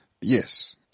Yes